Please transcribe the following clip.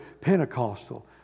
Pentecostal